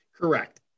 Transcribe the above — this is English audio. Correct